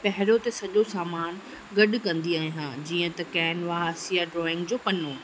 पहिरियों त सॼो सामानु गॾु कंदी अहियां जीअं त केनिवास यां ड्रॉईंग जो पनो